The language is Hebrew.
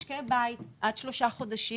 משקי בית עד שלושה חודשים,